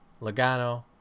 Logano